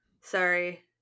Sorry